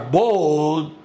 bold